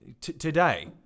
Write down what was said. Today